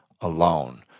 alone